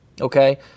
Okay